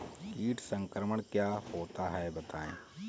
कीट संक्रमण क्या होता है बताएँ?